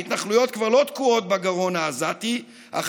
ההתנחלויות כבר לא תקועות בגרון העזתי אך